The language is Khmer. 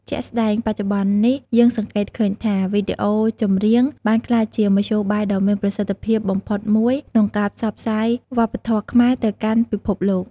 ជាក់ស្តែងបច្ចុប្បន្ននេះយើងសង្កេតឃើញថា វីដេអូចម្រៀងបានក្លាយជាមធ្យោបាយដ៏មានប្រសិទ្ធភាពបំផុតមួយក្នុងការផ្សព្វផ្សាយវប្បធម៌ខ្មែរទៅកាន់ពិភពលោក។